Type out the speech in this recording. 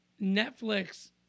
Netflix